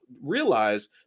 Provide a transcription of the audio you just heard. realize